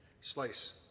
Slice